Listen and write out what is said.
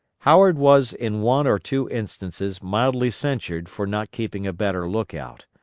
howard was in one or two instances mildly censured for not keeping a better lookout,